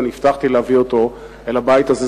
ואני הבטחתי להביא אותו אל הבית הזה,